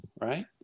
right